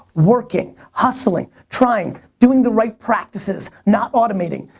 working, hustling, trying, doing the right practices, not automating,